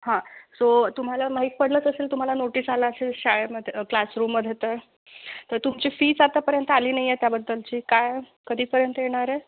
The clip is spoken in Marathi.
हा सो तुम्हाला माहीत पडलंच असेल तुम्हाला नोटीस आला असेल शाळेमध्ये क्लासरूममध्ये तर तर तुमची फीस आतापर्यंत आली नाही आहे त्याबद्दलची काय कधीपर्यंत येणार आहे